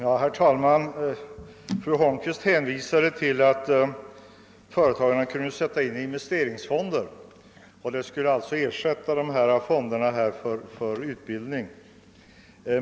Herr talman! Fru Holmqvist sade att företagarna kan sätta in medel skattefritt i investeringsfonder. Hon menade tydligen att dessa skulle kunna ersätta fonderna för utbildning.